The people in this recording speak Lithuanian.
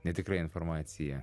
netikra informacija